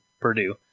Purdue